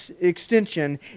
extension